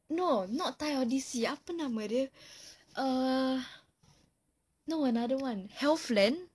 no not thai odyssey apa nama dia err no another one healthland